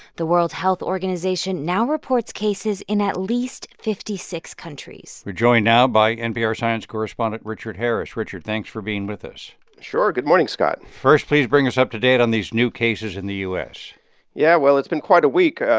the world health organization now reports cases in at least fifty six countries we're joined now by npr science correspondent richard harris. richard, thanks for being with us sure. good morning, scott first, please bring us up to date on these new cases in the u s yeah. well, it's been quite a week.